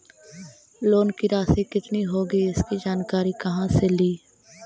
Loan की रासि कितनी होगी इसकी जानकारी कहा से ली?